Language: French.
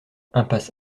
impasse